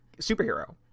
superhero